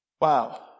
Wow